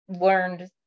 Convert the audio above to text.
learned